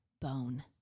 bone